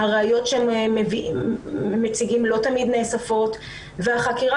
הראיות שהם מציגים לא תמיד נאספות והחקירה,